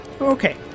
Okay